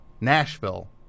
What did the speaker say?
Nashville